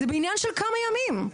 זה עניין של כמה ימים.